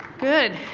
good.